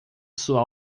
sua